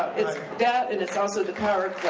it's that, and it's also the power of